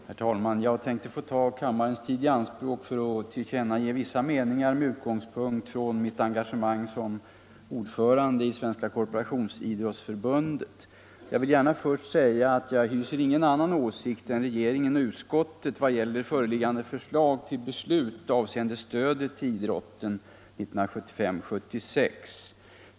Herr talman! Jag ber att få ta kammarens tid i anspråk för att tillkännage vissa meningar med utgångspunkt i mitt engagemang som ordförande i Svenska korporationsidrottsförbundet. Jag vill först gärna säga att jag inte hyser annan åsikt än regeringen och utskottet i vad gäller föreliggande förslag till beslut avseende stödet till idrotten 1975/76.